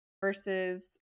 versus